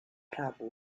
prabhu